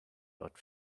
but